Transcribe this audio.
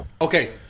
Okay